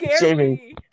Jamie